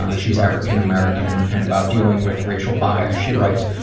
um she's african-american and about dealing with racial bias, she writes,